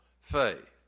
faith